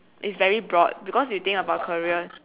is very broad because you think about career